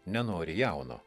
nenori jauno